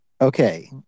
Okay